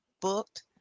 booked